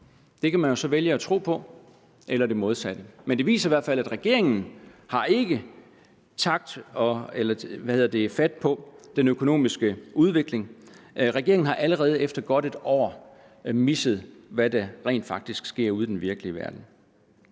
Det kan man jo så vælge at tro på eller det modsatte. Men det viser i hvert fald, at regeringen ikke har fat om den økonomiske udvikling. Regeringen har allerede efter godt et år misset, hvad der rent faktisk sker ude i den virkelige verden.